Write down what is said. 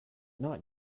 not